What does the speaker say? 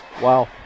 Wow